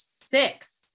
six